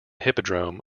hippodrome